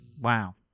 Wow